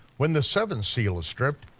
when the seventh seal is stripped,